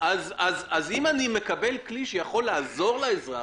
אז אם אני מקבל כלי שיכול לעזור לאזרח,